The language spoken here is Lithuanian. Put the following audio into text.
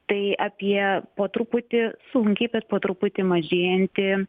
tai apie po truputį sunkiai bet po truputį mažėjantį